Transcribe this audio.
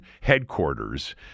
headquarters